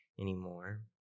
anymore